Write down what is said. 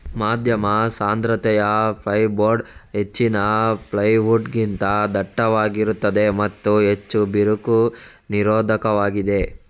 ಮಧ್ಯಮ ಸಾಂದ್ರತೆಯ ಫೈರ್ಬೋರ್ಡ್ ಹೆಚ್ಚಿನ ಪ್ಲೈವುಡ್ ಗಿಂತ ದಟ್ಟವಾಗಿರುತ್ತದೆ ಮತ್ತು ಹೆಚ್ಚು ಬಿರುಕು ನಿರೋಧಕವಾಗಿದೆ